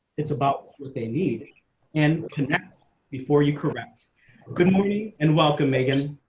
it's about what they need and connect before you correct good morning. and welcome, megan.